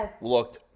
looked